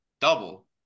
double